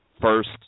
first